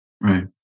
Right